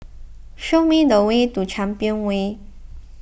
show me the way to Champion Way